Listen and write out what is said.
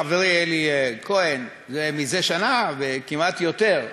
חברי אלי כהן, מזה שנה וכמעט, יותר,